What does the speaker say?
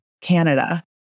Canada